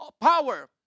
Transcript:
power